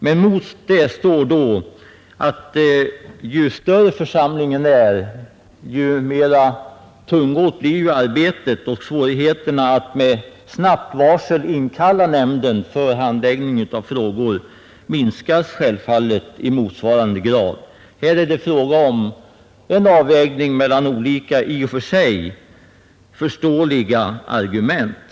Men mot det står att ju större rätten är, desto mer tungrott blir arbetet, och svårigheten att med kort varsel inkalla rätten för handläggning av frågor ökar i motsvarande grad. Här är det fråga om en avvägning mellan olika i och för sig förståeliga argument.